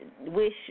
Wish